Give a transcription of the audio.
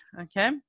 okay